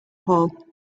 hall